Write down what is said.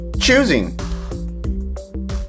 choosing